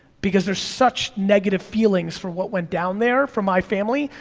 because there's such negative feelings for what went down there for my family,